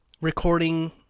recording